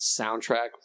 soundtrack